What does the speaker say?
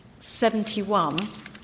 71